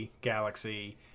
Galaxy